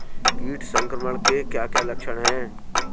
कीट संक्रमण के क्या क्या लक्षण हैं?